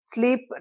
Sleep